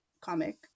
comic